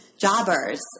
jobbers